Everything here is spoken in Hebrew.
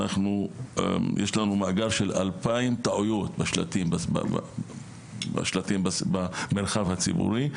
יש לנו מאגר של 2,000 טעויות בשלטים במרחב הציבורי,